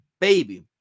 baby